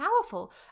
powerful